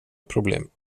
problem